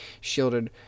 shielded